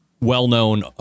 well-known